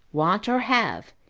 want or have,